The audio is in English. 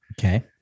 Okay